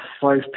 five